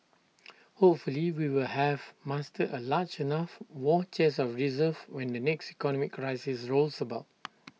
hopefully we will have mustered A large enough war chest of reserves when the next economic crisis rolls about